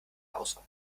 auswahl